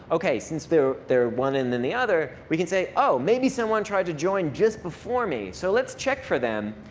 ok, since they're they're one and then the other, we can say, oh, maybe someone tried to join just before me, so let's check for them.